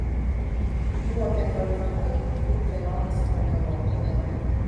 buvo penkioliktoji jų kelionės aplink europą diena